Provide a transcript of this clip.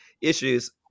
issues